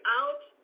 out